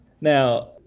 Now